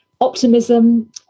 Optimism